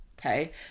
okay